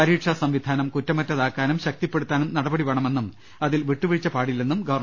പരീക്ഷാസംവിധാനം കുറ്റമറ്റതാ ക്കാനും ശക്തിപ്പെടുത്താനും നടപടി വേണമെന്നും അതിൽ വിട്ടുവീഴ്ച പാടി ല്ലെന്നും ഗവർണർ പറഞ്ഞു